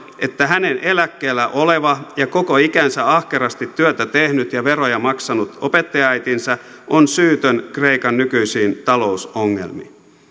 että hänen eläkkeellä oleva ja koko ikänsä ahkerasti työtä tehnyt ja veroja maksanut opettajaäitinsä on syytön kreikan nykyisiin talousongelmiin